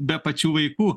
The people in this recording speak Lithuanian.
be pačių vaikų